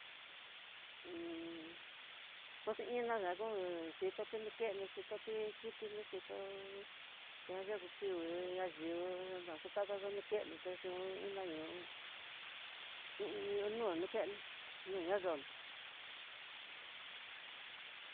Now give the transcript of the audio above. poxi iná ndakon xhitoti nrukeno, xhitoti kitino, xhitó chayaku kingui nayió naxekata nu kenó te xu iná ñoo kunio nono keno no na yo'o nó.